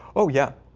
oh, yeah.